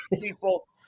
people